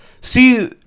See